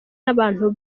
n’abantu